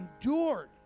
endured